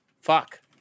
fuck